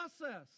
process